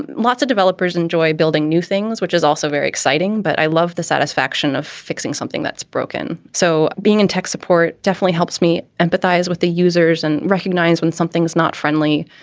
lots of developers enjoy building new things, which is also very exciting. but i love the satisfaction of fixing something that's broken. so being in tech support definitely helps me empathize with the users and recognize when something's not friendly.